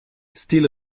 still